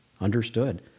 understood